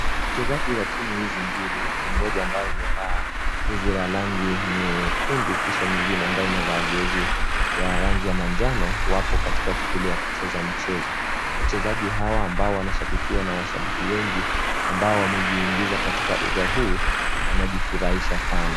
Wachezaji wa timu hizi mbili, timu moja ambao imevaa jezi la rangi nyekundu kisha nyingine ambao imevaa jezi ya rangi ya manjano wapo katika shughuli ya kucheza mchezo, wachezaji hawa ambao wanashabikiwa na washabiki wengi ambao wamejiingiza katika uga huu, wanajifurahisha sana.